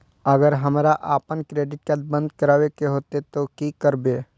अगर हमरा आपन क्रेडिट कार्ड बंद करै के हेतै त की करबै?